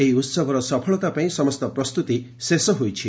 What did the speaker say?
ଏହି ମହୋହବର ସଫଳତା ପାଇଁ ସମସ୍ତ ପ୍ରସ୍ତୁତି ଶେଷ ହୋଇଛି